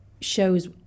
shows